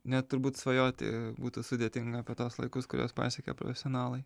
net turbūt svajoti būtų sudėtinga apie tuos laikus kuriuos pasiekia profesionalai